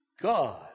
God